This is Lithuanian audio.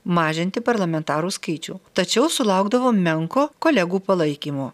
mažinti parlamentarų skaičių tačiau sulaukdavo menko kolegų palaikymo